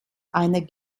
einer